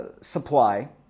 supply